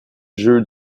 jeu